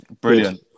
Brilliant